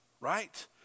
right